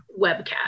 webcast